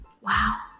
wow